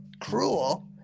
cruel